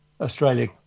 Australia